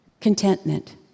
contentment